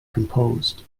composed